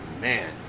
Man